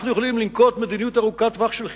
אנחנו יכולים לנקוט מדיניות ארוכת טווח של חיסכון,